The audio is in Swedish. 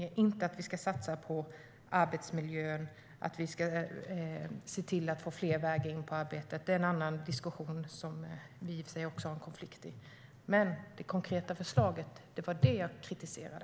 Det handlar inte om att vi inte ska satsa på arbetsmiljön och att vi ska se till att få fler vägar in i arbete. Det är en annan diskussion där vi i och för sig också har en konflikt. Men det var det konkreta förslaget som jag kritiserade.